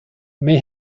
may